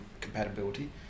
compatibility